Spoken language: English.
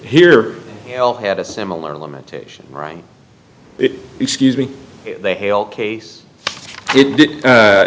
here hell had a similar lamentation right excuse me they hail case